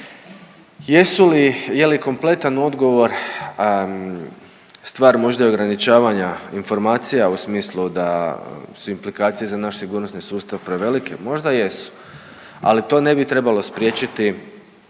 je li kompletan odgovor stvar možda i ograničavanja informacija u smislu da su implikacije za naš sigurnosni sustav prevelike? Možda jesu, ali to ne bi trebalo spriječiti